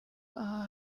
aha